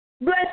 Bless